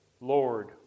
Lord